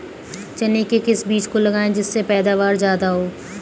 चने के किस बीज को लगाएँ जिससे पैदावार ज्यादा हो?